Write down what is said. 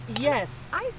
Yes